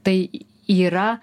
tai yra